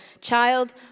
child